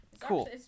Cool